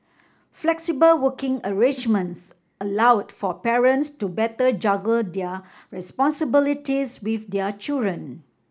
flexible working arrangements allowed for parents to better juggle their responsibilities with their children